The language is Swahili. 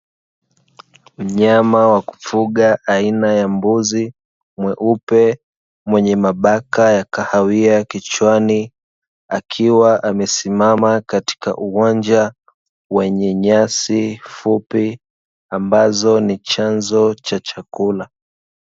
Mnyama wa kufuga aina ya mbuzi mweupe mwenye mabaka ya kahawia kichwani, akiwa amesimama katika uwanja wenye nyasi fupi ambazo ni chanzo cha chakula.